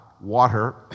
water